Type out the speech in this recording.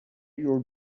your